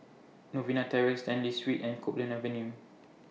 Novena Terrace Stanley Street and Copeland Avenue